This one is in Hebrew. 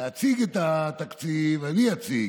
להציג את התקציב, אני אציג,